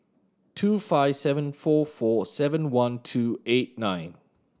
two five seven four four seven one two eight nine